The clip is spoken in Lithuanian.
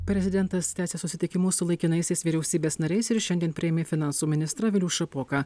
prezidentas tęsia susitikimus su laikinaisiais vyriausybės nariais ir šiandien priėmė finansų ministrą vilių šapoką